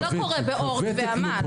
הוותק --- זה לא קורה באורט ועמל.